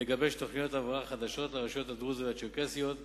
לגבש תוכניות הבראה חדשות לרשויות הדרוזיות והצ'רקסיות.